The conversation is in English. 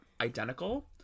identical